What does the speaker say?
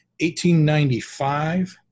1895